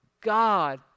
God